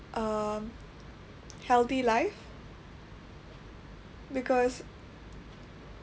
a healthy life because